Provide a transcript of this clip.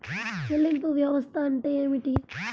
చెల్లింపు వ్యవస్థ అంటే ఏమిటి?